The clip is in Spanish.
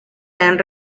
han